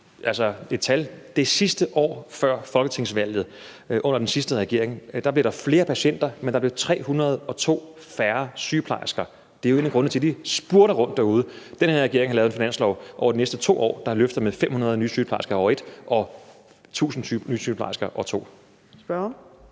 se på et tal: Det sidste år før folketingsvalget under den forrige regering blev der flere patienter, men der blev 302 færre sygeplejersker. Det er jo en af grundene til, at de spurter rundt derude. Den her regering har lavet en finanslov, der over de næste 2 år løfter med 500 nye sygeplejersker i år 1 og med 1.000 nye sygeplejersker i år 2. Kl.